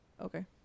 okay